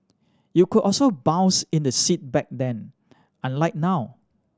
you could also bounce in the seat back then unlike now